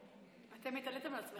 אתם התעליתם על עצמכם.